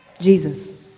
Jesus